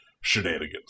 shenanigans